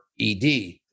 ED